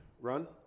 run